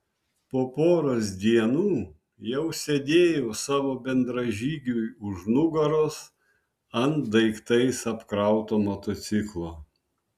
po poros dienų jau sėdėjau savo bendražygiui už nugaros ant daiktais apkrauto motociklo